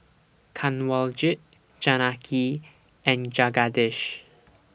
Kanwaljit Janaki and Jagadish